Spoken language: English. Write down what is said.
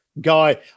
guy